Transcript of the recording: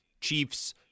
Chiefs